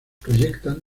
proyectan